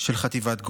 של חטיבת גולני,